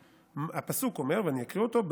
הפסוק אומר, ואקריא אותו,